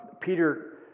Peter